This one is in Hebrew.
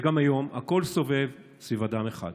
וגם היום הכול סובב סביב אדם אחד